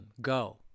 go